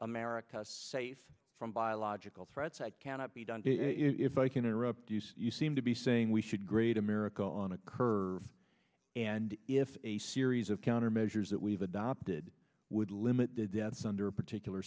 america safe from biological threats that cannot be done if i can interrupt you seem to be saying we should grade america on a curve and if a series of countermeasures that we've adopted would limit the deaths under a particular